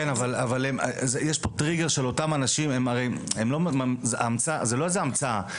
זו הרי לא איזה המצאה.